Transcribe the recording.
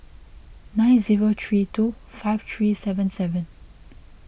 nine zero three two five three seven seven